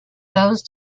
those